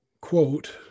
quote